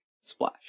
Splash